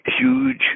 huge